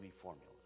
formula